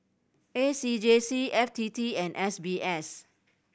A C J C F T T and S B S